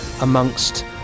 amongst